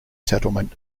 settlement